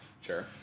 sure